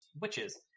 witches